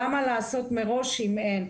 למה לעשות מראש אם אין.